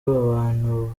abantu